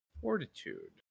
Fortitude